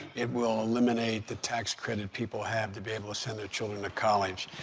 it will eliminate the tax credit people have to be able to send their children to college.